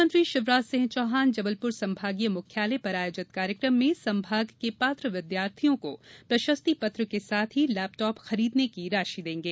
मुख्यमंत्री शिवराज सिंह चौहान जबलपुर संभागीय मुख्यालय पर आयोजित कार्यक्रम में संभाग के पात्र विद्यार्थियों को प्रशस्ति पत्र के साथ लैपटाप खरीदने की राशि देंगे